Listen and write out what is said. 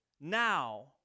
now